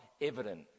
evident